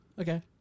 Okay